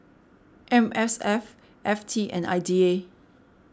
M S F F T and I D A